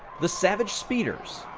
the savage speeders,